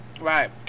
Right